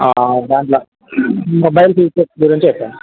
దంట్ల mobile features గురించి చెప్పండి